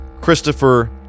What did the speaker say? Christopher